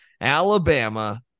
Alabama